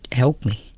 help me.